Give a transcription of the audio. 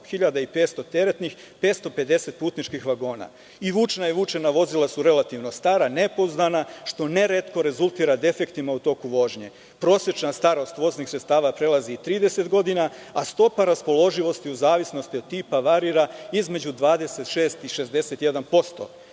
8.500 teretnih, 550 putničkih vagona. Vučna i vučna vozila su relativno stara, nepouzdana, što ne retko rezultira defektima u toku vožnje. Prosečna starost voznih sredstava prelazi 30 godina, a stopa raspoloživosti u zavisnosti od tipa varira između 26% i 61%.